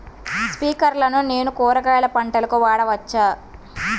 స్ప్రింక్లర్లను నేను కూరగాయల పంటలకు వాడవచ్చా?